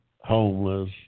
homeless